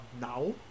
now